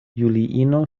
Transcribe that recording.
juliino